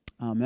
Amen